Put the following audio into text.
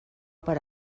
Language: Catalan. per